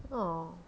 !aww!